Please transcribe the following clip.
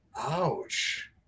ouch